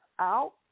out